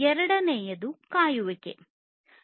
ಎರಡನೆಯದು ಕಾಯುವಿಕೆ ಆಗಿದೆ